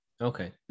Okay